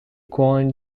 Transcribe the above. coined